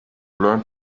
learn